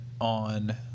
on